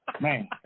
man